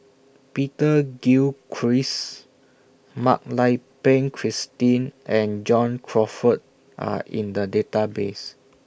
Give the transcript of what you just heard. Peter Gilchrist Mak Lai Peng Christine and John Crawfurd Are in The Database